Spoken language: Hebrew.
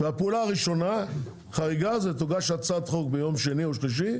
והפעולה הראשונה החריגה זה שתוגש הצעת חוק ביום שני או שלישי,